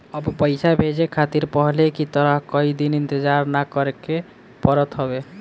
अब पइसा भेजे खातिर पहले की तरह कई दिन इंतजार ना करेके पड़त हवे